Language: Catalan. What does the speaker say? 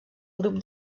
grup